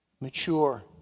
mature